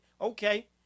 okay